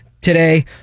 today